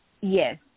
Yes